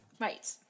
Right